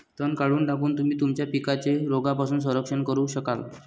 तण काढून टाकून, तुम्ही तुमच्या पिकांचे रोगांपासून संरक्षण करू शकाल